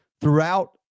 throughout